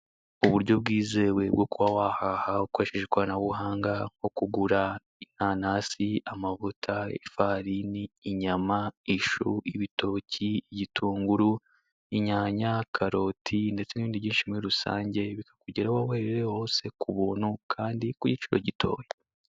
Uburyo bwizewe bwo kuba wahaha ukoresheje ikoranabuhanga, nko kugura inanasi, amavuta, ifarini, inyama, ishu, ibitoki, igitunguru, inyanya, karoti, ndetse n'ibindi byinshi muri rusange, bikakugeraho aho uherereye hose, ku buntu, kandi ku giciro gitoya.